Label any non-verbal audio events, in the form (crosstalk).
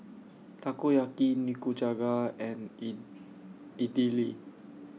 Takoyaki Nikujaga and (unintelligible) Idili